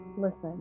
Listen